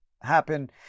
happen